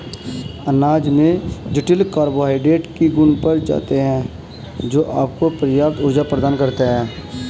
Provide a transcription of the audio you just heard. अनाज में जटिल कार्बोहाइड्रेट के गुण पाए जाते हैं, जो आपको पर्याप्त ऊर्जा प्रदान करते हैं